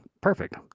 perfect